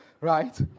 Right